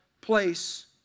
place